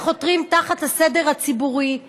וחותרים תחת הסדר הציבורי.